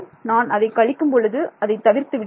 நான் அதை கழிக்கும் பொழுது அது தவிர்த்துவிட்டேன்